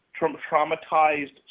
traumatized